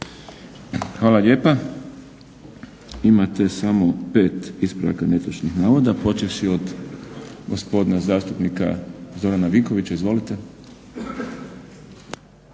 Hvala lijepa. Imate samo pet ispravaka netočnih navoda, počevši od gospodina zastupnika Zorana Vinkovića. Izvolite.